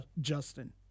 Justin